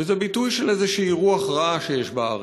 וזה ביטוי של איזושהי רוח רעה שיש בארץ.